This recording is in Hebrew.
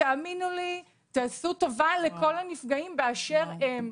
תאמינו לי, תעשו טובה לכל הנפגעים באשר הם.